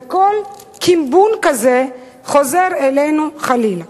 וכל קימבון כזה חוזר אלינו חלילה.